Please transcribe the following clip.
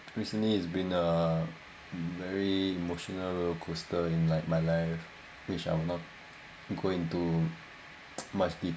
recently it's been a very emotional roller coaster in like my life which I will not go into much